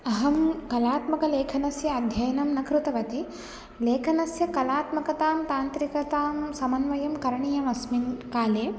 अहं कलात्मकलेखनस्य अध्ययनं न कृतवती लेखनस्य कलात्मकतां तान्त्रिकतां समन्वयः करणीयः अस्मिन् काले